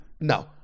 No